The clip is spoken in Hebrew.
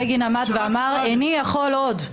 בגין עמד ואמר "איני יכול עוד",